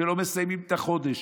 שלא מסיימים את החודש,